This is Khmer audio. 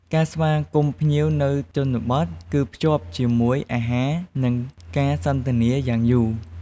ការស្វាគមន៍ភ្ញៀវនៅជនបទគឺភ្ជាប់ជាមួយ អាហារ និង ការសន្ទនាយ៉ាងយូរ។